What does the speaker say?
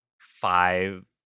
five